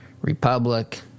republic